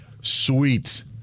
sweet